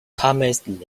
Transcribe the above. thomas